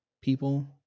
people